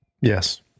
Yes